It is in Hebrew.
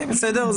בסדר?